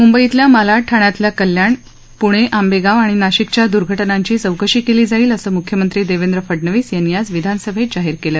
मुंबईतल्या मालाड ठाण्यातल्या कल्याण पुणे आंबेगाव आणि नाशिकच्या दुर्घटनांची चौकशी केली जाईल असं मुख्यमंत्री देवेंद्र फडणवीस यांनी आज विधानसभेत जाहीर केलं